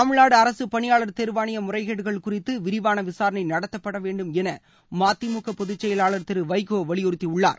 தமிழ்நாடு அரசுப் பணியாளர் தேர்வாணைய முறைகேடுகள் குறித்து விரிவான விசாரணை நடத்தப்பட வேண்டும் என மதிமுக பொதுச் செயலாளர் திரு வைகோ வலியுறுத்தியுள்ளார்